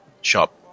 shop